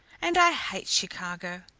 and i hate chicago,